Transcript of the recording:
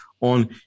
on